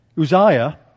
Uzziah